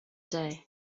day